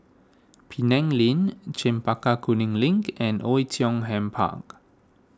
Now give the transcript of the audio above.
Penang Lane Chempaka Kuning Link and Oei Tiong Ham Park